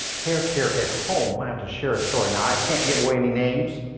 hair care at home i have to share a story and i can't give away any names.